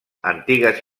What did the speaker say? antigues